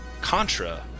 Contra